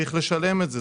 צריך לשלם את זה,